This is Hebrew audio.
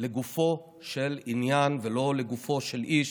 לגופו של עניין ולא לגופו של איש,